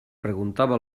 preguntava